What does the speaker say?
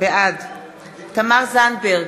בעד תמר זנדברג,